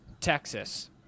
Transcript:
Texas